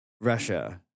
Russia